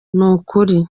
n’ukuri